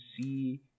see